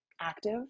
active